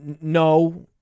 no